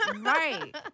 right